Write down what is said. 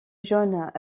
jaunes